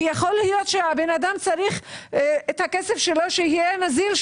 כי יכול להיות שהבן אדם צריך את הכסף שלו שיהיה נזיל,